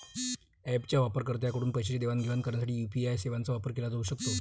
ऍपच्या वापरकर्त्यांकडून पैशांची देवाणघेवाण करण्यासाठी यू.पी.आय सेवांचा वापर केला जाऊ शकतो